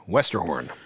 Westerhorn